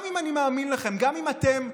גם אם אני מאמין לכם,